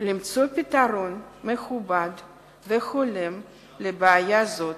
למצוא פתרון מכובד והולם לבעיה הזאת,